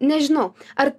nežinau ar